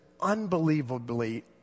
unbelievably